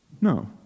No